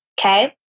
Okay